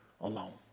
alone